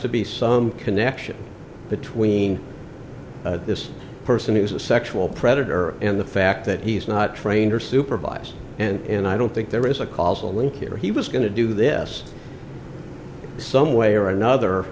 to be some connection between this person who is a sexual predator and the fact that he's not trained or supervised and i don't think there is a causal link here he was going to do this some way or another